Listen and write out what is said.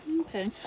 Okay